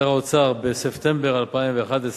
האוצר בספטמבר 2011,